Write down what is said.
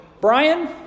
Brian